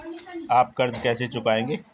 आप कर्ज कैसे चुकाएंगे?